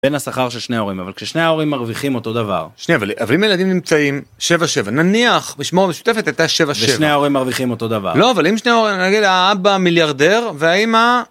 בין השכר של שני הורים, אבל כשני ההורים מרוויחים אותו דבר. שנייה, אבל אם הילדים נמצאים 7-7 נניח משמורת המשותפת הייתה 7-7. ושני ההורים מרוויחים אותו דבר. לא, אבל אם שני ההורים, נגיד האבא מיליארדר והאימא.